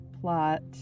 plot